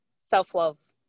Self-love